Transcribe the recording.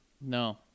No